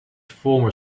former